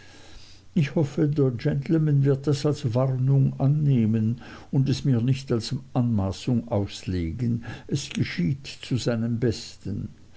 ich hoffe der gentleman wird das als warnung annehmen und es mir nicht als anmaßung auslegen es geschieht zu seinem besten